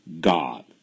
God